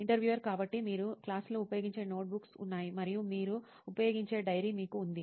interviewer కాబట్టి మీరు క్లాసులో ఉపయోగించే నోట్బుక్లు ఉన్నాయి మరియు మీరు ఉపయోగించే డైరీ మీకు ఉంది